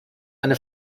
eine